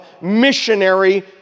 missionary